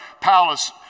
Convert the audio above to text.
palace